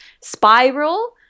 spiral